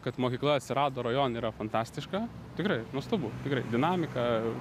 kad mokykla atsirado rajone yra fantastiška tikrai nuostabu tikrai dinamika